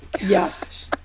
Yes